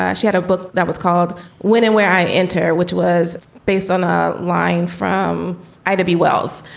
ah she had a book that was called when and where i enter, which was based on a line from ida b wells.